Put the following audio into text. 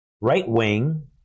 right-wing